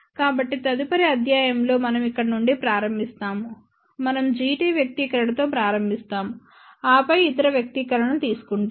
కాబట్టి తదుపరి అధ్యాయం లో మనం ఇక్కడ నుండి ప్రారంభిస్తాము మనం Gt వ్యక్తీకరణతో ప్రారంభిస్తాము ఆపై మనం ఇతర వ్యక్తీకరణను తీసుకుంటాము